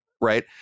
Right